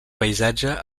paisatge